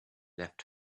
left